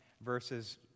verses